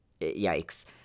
yikes